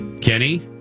Kenny